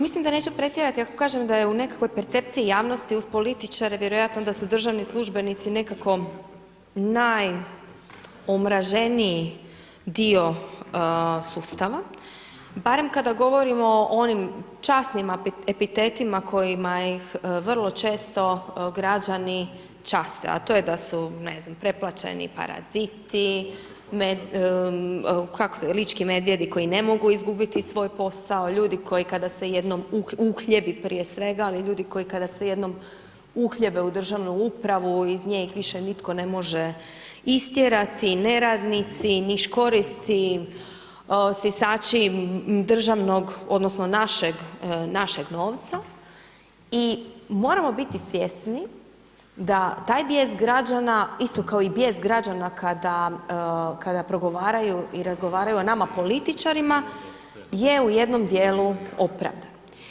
Mislim da neću pretjerati ako kažem da je u nekakvoj percepciji javnosti uz političare, vjerojatno da su državni službenici nekako najomraženiji dio sustava, barem kada govorimo o onim časnim epitetima kojima ih vrlo često građani časte, a to je da su, ne znam, preplaćeni, paraziti, lički medvjedi koji ne mogu izgubiti svoj posao, ljudi koji kada se jednom uhljebi prije svega, ali i ljudi koji kada se jednom uhljebe u državnu upravu iz nje ih više nitko ne može istjerati, neradnici, niškoristi, sisači državnog odnosno našeg novca i moramo biti svjesni da taj bijes građana, isto kao i bijes građana kada progovaraju i razgovaraju o nama političarima je u jednom dijelu opravdan.